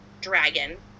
dragon